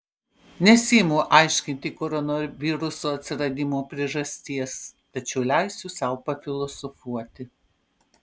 nesiimu aiškinti koronaviruso atsiradimo priežasties tačiau leisiu sau pafilosofuoti